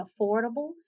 affordable